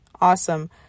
Awesome